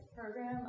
program